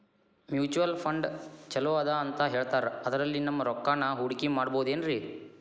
Mutual fund ಛಲೋ ಅದಾ ಅಂತಾ ಹೇಳ್ತಾರ ಅದ್ರಲ್ಲಿ ನಮ್ ರೊಕ್ಕನಾ ಹೂಡಕಿ ಮಾಡಬೋದೇನ್ರಿ?